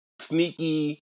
sneaky